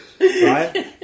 Right